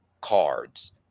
cards